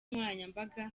nkoranyambaga